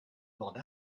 bande